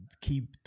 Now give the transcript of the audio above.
keep